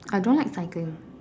I don't like cycling